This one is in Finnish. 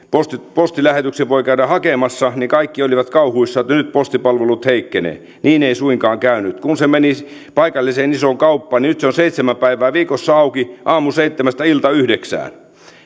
postilähetyksen voi käydä hakemassa niin kaikki olivat kauhuissaan että nyt postipalvelut heikkenevät niin ei suinkaan käynyt kun se meni paikalliseen isoon kauppaan niin nyt se on seitsemän päivää viikossa auki aamuseitsemästä iltayhdeksään